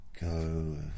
go